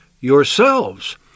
yourselves